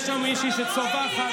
יש שם מישהי שצווחת.